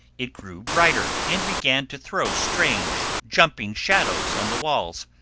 it grew brighter and began to throw strange jumping shadows on the walls.